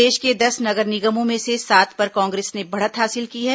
प्रदेश के दस नगर निगमों में से सात पर कांग्रेस ने बढ़त हासिल की है